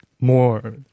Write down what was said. more